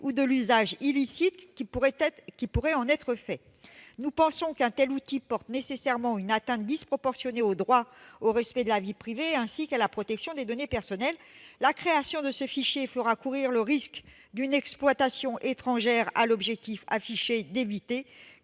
et de l'usage illicite qui pourrait en être fait, nous pensons qu'un tel outil porte nécessairement une atteinte disproportionnée au droit au respect de la vie privée, ainsi qu'à la protection des données personnelles. La création de ce fichier fera courir le risque d'une exploitation étrangère à l'objectif affiché, à savoir